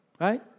Right